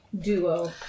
duo